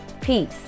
peace